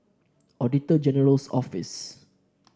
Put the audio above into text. Auditor General's Office